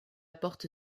porte